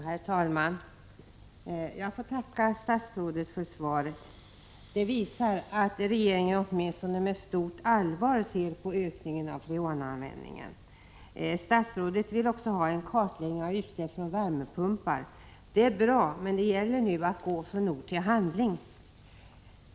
Herr talman! Jag får tacka statsrådet för svaret. Det visar att regeringen åtminstone med stort allvar ser på ökningen av freonanvändningen. Statsrådet vill också ha en kartläggning av utsläpp från värmepumpar. Det är bra, men det gäller nu att gå från ord till handling.